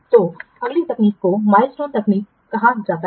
तो अगली तकनीक को माइलस्टोन टेक्निकसmilestone techniques तकनीक कहा जाता है